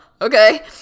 okay